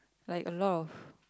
like a lot of